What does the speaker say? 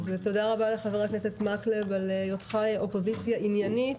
תודה רבה לחבר הכנסת מקלב על היותך אופוזיציה עניינית.